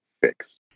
fix